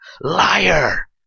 Liar